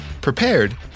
prepared